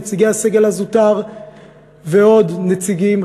נציגי הסגל הזוטר ועוד נציגים,